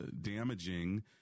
damaging